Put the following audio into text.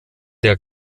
der